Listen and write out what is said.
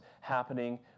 happening